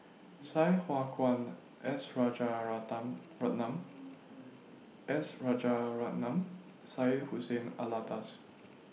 Sai Hua Kuan S S Rajaratnam Syed Hussein Alatas